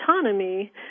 autonomy